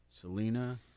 Selena